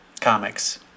Comics